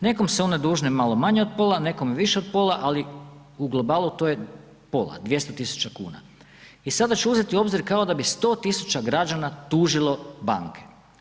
Nekom su one dužne malo manje od pola, nekom više od pola, ali u globalu to je pola 200.000 kuna i sada ću uzeti u obzir kao da bi 100.000 građana tužilo banke.